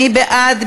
מי בעד?